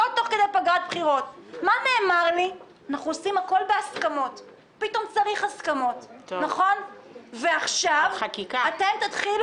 אנחנו חייבים קודם כול להקים את ועדת הכנסת,